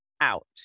out